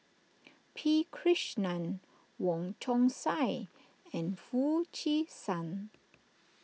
P Krishnan Wong Chong Sai and Foo Chee San